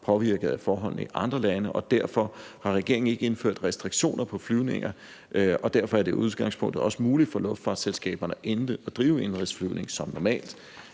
påvirket af forholdene i andre lande. Derfor har regeringen ikke indført restriktioner på flyvninger, og derfor er det i udgangspunktet også muligt for luftfartsselskaberne at drive indenrigsflyvning som normalt.